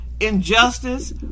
injustice